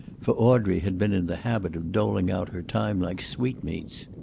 for audrey had been in the habit of doling out her time like sweetmeats.